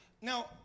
Now